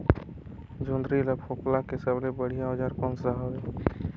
जोंदरी ला फोकला के सबले बढ़िया औजार कोन सा हवे?